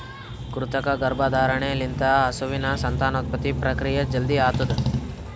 ಕೃತಕ ಗರ್ಭಧಾರಣೆ ಲಿಂತ ಹಸುವಿನ ಸಂತಾನೋತ್ಪತ್ತಿ ಪ್ರಕ್ರಿಯೆ ಜಲ್ದಿ ಆತುದ್